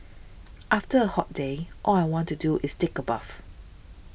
after a hot day all I want to do is take a bath